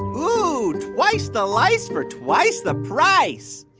ooh, twice the lice for twice the price.